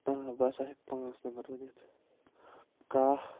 آ بہٕ ہَسا ہٮ۪کہٕ پانٛژھ نمبر ؤنِتھ کَہہ